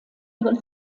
ihren